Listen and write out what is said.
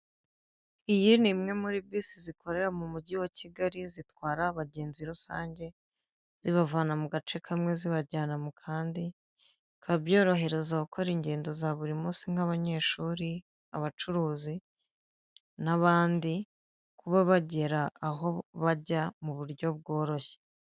Iyi ni imwe muri bisi zikorera mu mujyi wa Kigali, zitwara abagenzi rusange zibavana mu gace kamwe zibajyana mu kandi. Bikaba byorohereza abakora ingendo za buri munsi nk'banyeshuri, abacuruzi n'abandi; kuba bagera aho bajya mu buryo bworoshye.